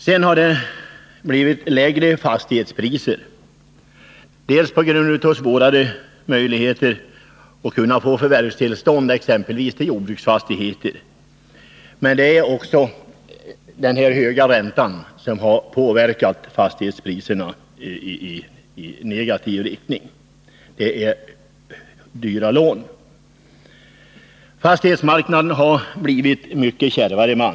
Sedan har det blivit lägre fastighetspriser, delvis på grund av att det har blivit svårare att få förvärvstillstånd exempelvis till jordbruksfastigheter, men också den höga räntan har påverkat fastighetspriserna i negativ riktning — det är dyra lån. Fastighetsmarknaden har alltså blivit mycket kärvare.